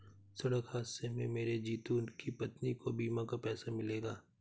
सड़क हादसे में मरे जितू की पत्नी को बीमा का पैसा मिलेगा